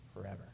forever